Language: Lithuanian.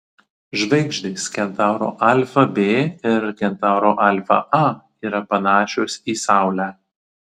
žvaigždės kentauro alfa b ir kentauro alfa a yra panašios į saulę